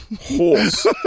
Horse